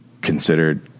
considered